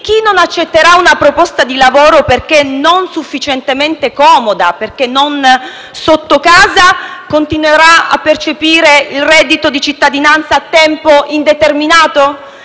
chi non accetterà una proposta di lavoro perché non sufficientemente comoda, perché non sotto casa, continuerà a percepire il reddito di cittadinanza a tempo indeterminato?